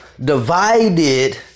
divided